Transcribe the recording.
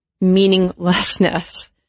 meaninglessness